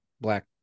black